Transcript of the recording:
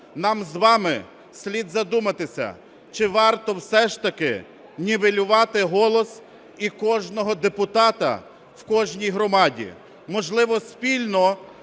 нам з вами слід задуматися, чи варто все ж таки нівелювати голос і кожного депутата в кожній громаді. Можливо, спільно